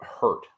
hurt